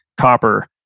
copper